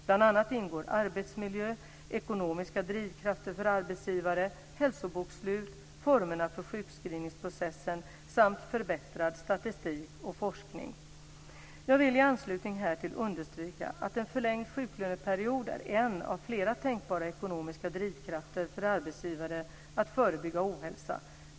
Bl.a. ingår arbetsmiljö, ekonomiska drivkrafter för arbetsgivare, hälsobokslut, formerna för sjukskrivningsprocessen samt förbättrad statistik och forskning. Jag vill i anslutning härtill understryka att en förlängd sjuklöneperiod är en av flera tänkbara ekonomiska drivkrafter för arbetsgivare att förebygga ohälsa.